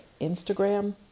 Instagram